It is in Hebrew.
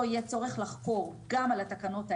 יהיה צורך לחקור גם על התקנות האלה,